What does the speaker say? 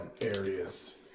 areas